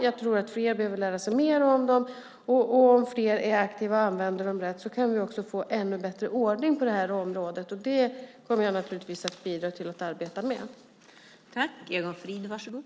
Jag tror att fler behöver lära sig mer om dem. Om fler är aktiva och använder dem rätt kan vi få en ännu bättre ordning på det här området. Det kommer jag naturligtvis att bidra till och arbeta med.